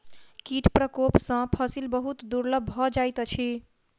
कीट प्रकोप सॅ फसिल बहुत दुर्बल भ जाइत अछि